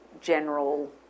general